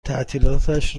تعطیلاتش